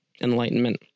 enlightenment